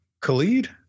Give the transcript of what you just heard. Khalid